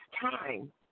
time